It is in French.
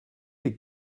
est